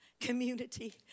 community